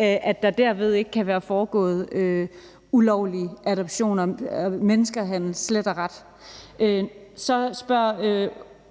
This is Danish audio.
at der derved ikke kan være foregået ulovlige adoptioner, altså slet og ret